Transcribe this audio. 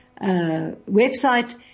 website